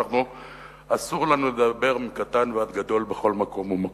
ואנחנו אסור לנו לדבר מקטן ועד גדול בכל מקום ומקום.